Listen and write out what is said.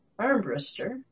armbrister